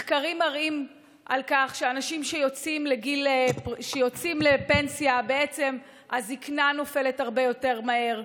מחקרים מראים שכשאנשים יוצאים לפנסיה הזקנה נופלת הרבה יותר מהר,